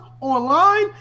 online